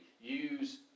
use